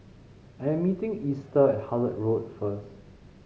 I am meeting Easter at Hullet Road first